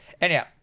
Anyhow